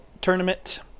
tournament